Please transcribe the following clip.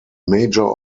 major